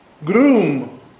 groom